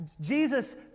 Jesus